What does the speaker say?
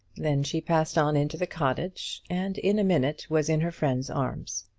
then she passed on into the cottage, and in a minute was in her friend's arms.